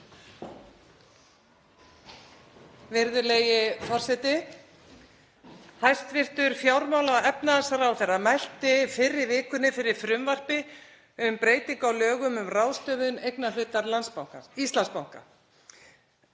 Virðulegi forseti. Hæstv. fjármála- og efnahagsráðherra mælti fyrr í vikunni fyrir frumvarpi um breytingu á lögum um ráðstöfun eignarhlutar Íslandsbanka.